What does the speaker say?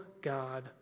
God